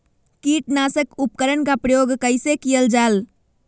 किटनाशक उपकरन का प्रयोग कइसे कियल जाल?